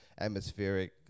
atmospheric